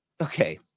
okay